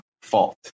fault